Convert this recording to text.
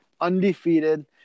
undefeated